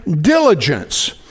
diligence